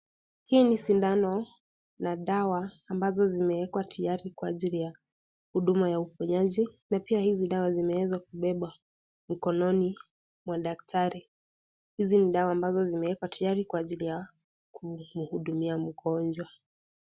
Hii ni sindano na dawa ambazo zimewekwa tiyari kwa ajili ya huduma ya uponyaji, na pia hizi dawa zimeweza kubebwa mkononi mwa daktari. Hizi ni dawa ambazo zimewekwa tiyari kwa ajili ya kuhudumia mgonjwa.